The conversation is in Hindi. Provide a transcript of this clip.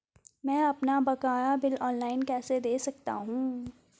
मैं अपना बकाया बिल ऑनलाइन कैसे दें सकता हूँ?